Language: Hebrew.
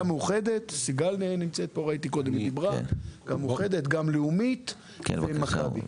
גם מאוחדת, גם לאומית וגם מכבי.